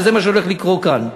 וזה מה שהולך לקרות כאן.